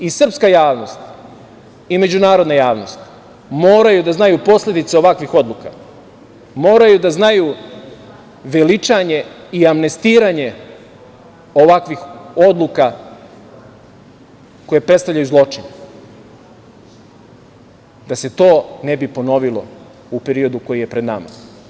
I srpska javnost i međunarodna javnost moraju da znaju posledice ovakvih odluka, moraju da znaju veličanje i amnestiranje ovakvih odluka koje predstavljaju zločin, da se to ne bi ponovilo u periodu koji je pred nama.